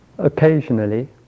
occasionally